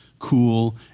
cool